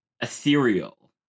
ethereal